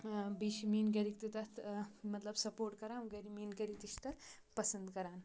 بیٚیہِ چھِ میٛٲنۍ گَرِکۍ تہِ تَتھ مطلب سَپوٹ کَران گَرِ میٛٲنۍ گَرِکۍ تہِ چھِ تَتھ پَسَنٛد کَران